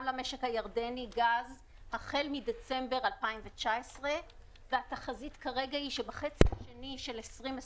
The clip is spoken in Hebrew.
גם למשק הירדני החל מדצמבר 2019 והתחזית כרגע היא שבחצי השני של 2021